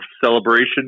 celebration